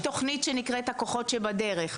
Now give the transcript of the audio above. יש תוכנית שנקראת הכוחות שבדרך,